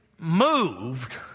moved